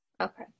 Okay